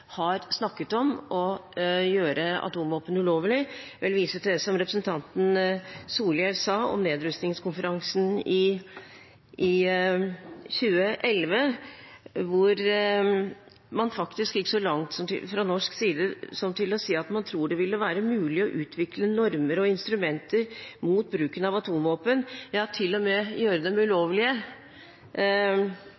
det som representanten Solhjell sa om nedrustningskonferansen i 2011, da man fra norsk side gikk så langt som til å si at man trodde det ville være mulig å utvikle normer og instrumenter mot bruken av atomvåpen, ja til og med gjøre dem ulovlige,